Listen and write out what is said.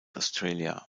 australia